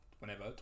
whenever